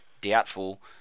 doubtful